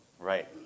Right